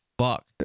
Fuck